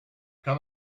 come